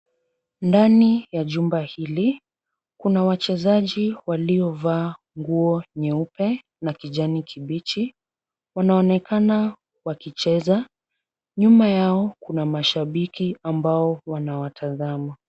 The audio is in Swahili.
Ndani ya jumba hili, kuna wachezaji waliovaa nguo nyeupe na kijani kibichi. Wanaonekana wakicheza, nyuma yao kuna mashabiki ambao wanawatazama.